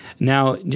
Now